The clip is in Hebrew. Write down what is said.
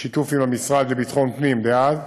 בשיתוף עם המשרד לביטחון פנים דאז,